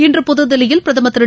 இன்று புத்தில்லியில் பிரதமர் திரு